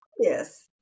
Yes